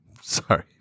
sorry